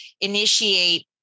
initiate